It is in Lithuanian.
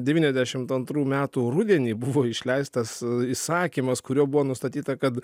devyniasdešimt antrų metų rudenį buvo išleistas įsakymas kuriuo buvo nustatyta kad